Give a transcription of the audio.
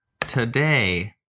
Today